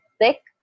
thick